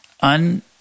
un